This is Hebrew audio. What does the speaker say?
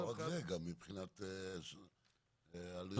לא רק זה, גם מבחינת עלויות קרקע.